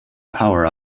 power